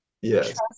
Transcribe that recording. Yes